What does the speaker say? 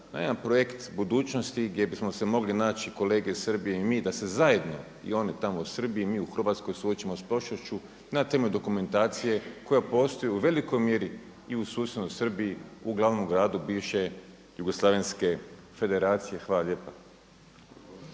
jedan projekt budućnosti gdje bismo se mogli naći kolege iz Srbije i mi da se zajedno i oni tamo u Srbiji i mi u Hrvatskoj suočimo sa prošlošću na temu dokumentacije koja postoji u velikoj mjeri i u susjednoj Srbiji, u glavnom gradu bivše jugoslavenske federacije. Hvala lijepa.